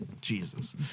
Jesus